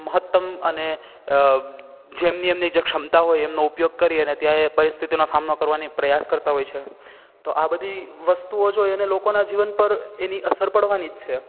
મહત્તમ અને જેમની એમની જે ક્ષમતા હોય એમનો ઉપયોગ કરી અને ત્યાં એ પરિસ્થિતિનો સામનો કરવાની પ્રયાસ કરતા હોય છે તો આ બધી વસ્તુઓ જો એને લોકોના જીવન પર એની અસર પડવાની જ છે